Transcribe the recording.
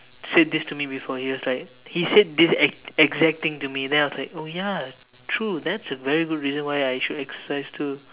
said this to me before he was like he said this exact thing to me then I was like oh ya true that's a very good reason why I should exercise too